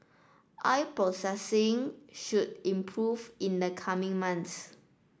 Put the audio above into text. oil processing should improve in the coming month